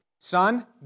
son